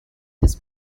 his